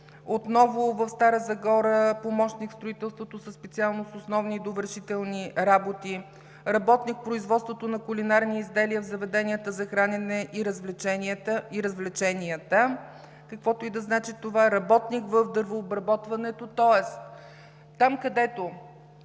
отново в Стара Загора – помощник в строителството, специалност „Основни и довършителни работи“; работник в производството на кулинарни изделия в заведенията за хранене и развлечения, каквото и да значи това; работник в дървообработването. Тоест там, където